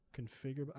Configure